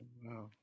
Wow